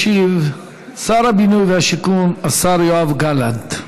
ישיב שר הבינוי והשיכון, השר יואב גלנט.